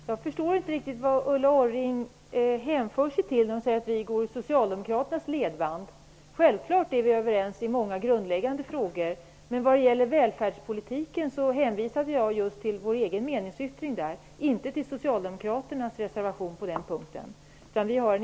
Herr talman! Jag förstår inte riktigt vad Ulla Orring hänför sig till när hon säger att vi går i socialdemokraternas ledband. Självklart är vi överens i många grundläggande frågor. Men vad gäller välfärdspolitiken hänvisade jag just till vår meningsyttring, inte till socialdemokraternas reservation på den punkten.